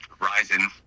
Ryzen